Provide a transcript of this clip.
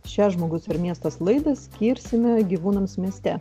šią žmogus ir miestas laidą skirsime gyvūnams mieste